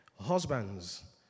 Husbands